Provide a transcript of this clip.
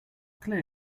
clear